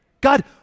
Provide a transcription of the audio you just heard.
God